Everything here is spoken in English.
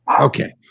Okay